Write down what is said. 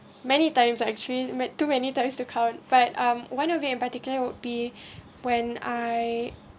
many times actually ma~ too many times to cover but one of the in particular would be when I